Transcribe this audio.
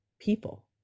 people